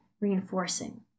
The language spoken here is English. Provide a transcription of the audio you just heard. reinforcing